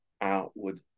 outward